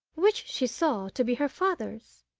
which she saw to be her father's,